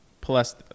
Plus